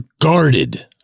guarded